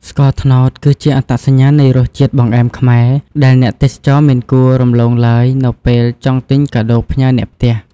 ស្ករត្នោតគឺជាអត្តសញ្ញាណនៃរសជាតិបង្អែមខ្មែរ ដែលអ្នកទេសចរមិនគួររំលងឡើយនៅពេលចង់ទិញកាដូផ្ញើអ្នកផ្ទះ។